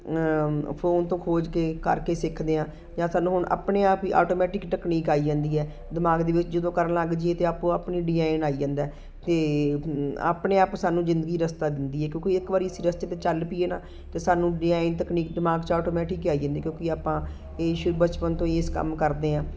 phone ਤੋਂ ਖੋਜ ਕੇ ਕਰਕੇ ਸਿੱਖਦੇ ਹਾਂ ਜਾਂ ਸਾਨੂੰ ਹੁਣ ਆਪਣੇ ਆਪ ਹੀ ਆਟੋਮੈਟਿਕ ਟਕਨੀਕ ਆਈ ਜਾਂਦੀ ਹੈ ਦਿਮਾਗ ਦੇ ਵਿੱਚ ਜਦੋਂ ਕਰਨ ਲੱਗ ਜਾਈਏ ਤਾਂ ਆਪੋ ਆਪਣੇ ਡਿਜਾਈਨ ਆਈ ਜਾਂਦਾ ਅਤੇ ਆਪਣੇ ਆਪ ਸਾਨੂੰ ਜ਼ਿੰਦਗੀ ਰਸਤਾ ਦਿੰਦੀ ਹੈ ਕਿਉਂਕਿ ਇੱਕ ਵਾਰ ਅਸੀਂ ਰਸਤੇ 'ਤੇ ਚੱਲ ਪਈਏ ਨਾ ਤਾਂ ਸਾਨੂੰ ਡਿਜਾਈਨ ਤਕਨੀਕ ਦਿਮਾਗ 'ਚ ਆਟੋਮੈਟਿਕ ਹੀ ਆਈ ਜਾਂਦੀ ਕਿਉਂਕਿ ਆਪਾਂ ਇਹ ਬਚਪਨ ਤੋਂ ਹੀ ਇਸ ਕੰਮ ਕਰਦੇ ਹਾਂ